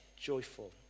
joyful